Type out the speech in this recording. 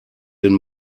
den